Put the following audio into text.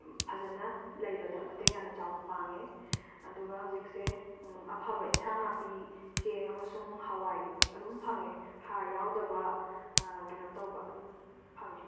ꯐꯖꯟꯅ ꯂꯩꯕꯗ ꯃꯇꯦꯡ ꯌꯥꯝꯅ ꯆꯥꯎꯅ ꯄꯥꯡꯉꯦ ꯑꯗꯨꯒ ꯍꯧꯖꯤꯛꯁꯦ ꯑꯐꯕ ꯑꯦꯟꯓꯥꯡ ꯅꯥꯄꯤ ꯆꯦꯡ ꯑꯃꯁꯨꯡ ꯍꯋꯥꯏ ꯑꯗꯨꯝ ꯐꯪꯉꯦ ꯍꯥꯔ ꯌꯥꯎꯗꯕ ꯀꯩꯅꯣ ꯇꯧꯕ ꯑꯗꯨꯝ ꯐꯪꯉꯦ